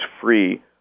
free